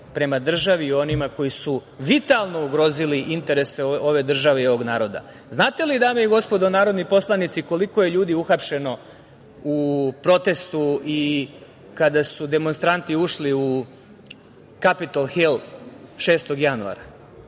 prema državi i onima koji su vitalno ugrozili interese ove države i ovog naroda. Znate li, dame i gospodo narodni poslanici, koliko je ljudi uhapšeno u protestu i kada su demonstranti ušli u Kapitol Hil 6. januara?